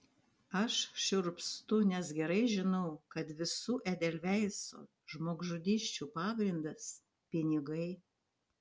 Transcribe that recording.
aš šiurpstu nes gerai žinau kad visų edelveiso žmogžudysčių pagrindas pinigai